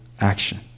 action